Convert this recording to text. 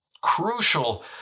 crucial